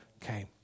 came